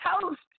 toast